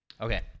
Okay